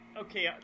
okay